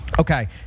Okay